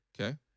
Okay